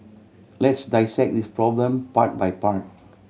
let's dissect this problem part by part